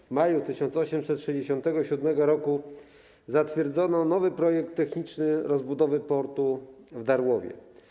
W maju 1867 r. zatwierdzono nowy projekt techniczny rozbudowy portu w Darłowie.